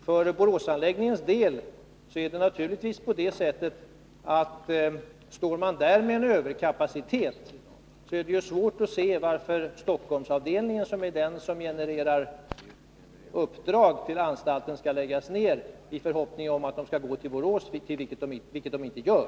Står Boråsanläggningen med en överkapacitet, är det svårt att se varför Stockholmsavdelningen, som är den som genererar uppdrag till anstalten, skall läggas ner i förhoppningen att uppdragen skall gå till Borås, vilket de inte gör.